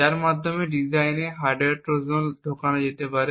যার মাধ্যমে ডিজাইনে হার্ডওয়্যার ট্রোজান ঢোকানো যেতে পারে